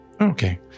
Okay